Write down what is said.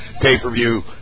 pay-per-view